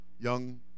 young